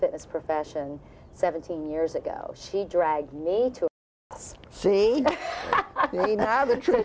fitness profession seventeen years ago she dragged me to see the truth